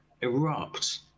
erupt